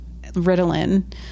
Ritalin